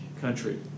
country